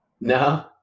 No